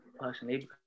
personally